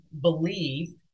believe